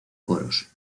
coros